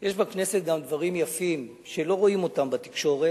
שיש בכנסת גם דברים יפים, שלא רואים אותם בתקשורת,